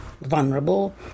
vulnerable